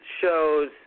shows